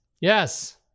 Yes